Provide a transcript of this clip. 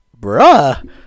bruh